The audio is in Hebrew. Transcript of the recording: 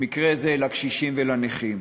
במקרה זה לקשישים ולנכים.